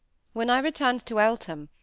when i returned to eltham,